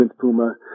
puma